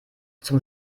zum